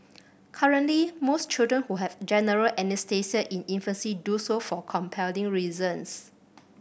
currently most children who have general anaesthesia in infancy do so for compelling reasons